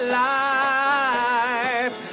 life